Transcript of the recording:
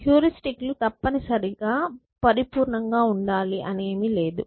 heuristic లు తప్పనిసరిగా పరిపూర్ణంగా ఉండాలి అనేమీ లేదు